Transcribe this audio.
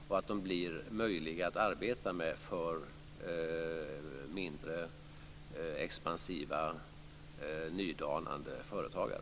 De ska bli möjliga att arbeta med för mindre expansiva nydanande företagare.